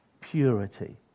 purity